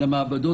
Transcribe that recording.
על המעבדות,